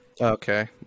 Okay